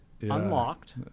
unlocked